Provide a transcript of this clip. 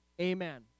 amen